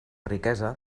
riquesa